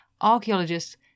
archaeologists